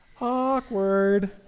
awkward